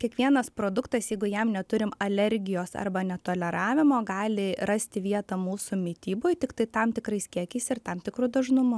kiekvienas produktas jeigu jam neturim alergijos arba netoleravimo gali rasti vietą mūsų mityboj tiktai tam tikrais kiekiais ir tam tikru dažnumu